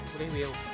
review